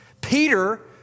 Peter